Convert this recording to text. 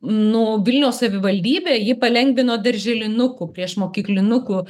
nu vilniaus savivaldybė ji palengvino darželinukų priešmokyklinukų